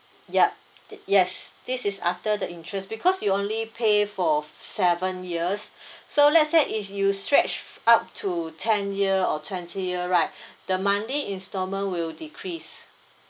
yup th~ yes this is after the interest because you only pay for seven years so let's say if you stretch up to ten year or twenty year right the monthly installment will decrease